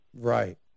Right